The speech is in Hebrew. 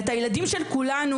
ואת הילדים של כולנו,